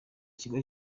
kigo